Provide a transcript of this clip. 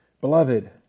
Beloved